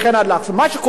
מה שקורה כאן,